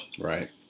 right